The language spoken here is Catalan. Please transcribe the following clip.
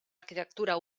arquitectura